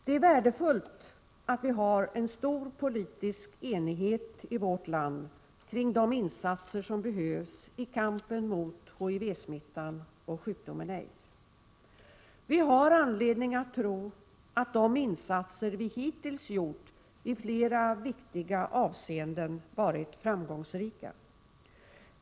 Det är värdefullt att det finns en stor politisk enighet i vårt land kring de insatser som behövs i kampen mot HIV-smittan och sjukdomen aids. Det finns anledning att tro att de insatser som hittills har gjorts i flera viktiga avseenden varit framgångsrika.